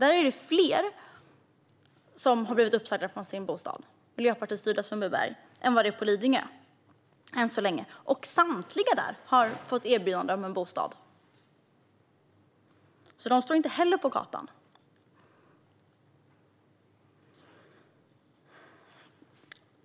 Där är det fler som har blivit uppsagda från sin bostad än det än så länge är på Lidingö. Samtliga där har fått erbjudande om en bostad. De står alltså inte heller på gatan.